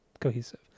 cohesive